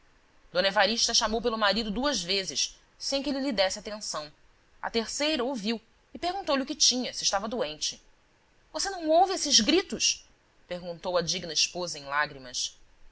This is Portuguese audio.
d evarista chamou pelo marido duas vezes sem que ele lhe desse atenção à terceira ouviu e perguntou-lhe o que tinha se estava doente você não ouve estes gritos perguntou a digna esposa em lágrimas